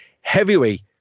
Heavyweight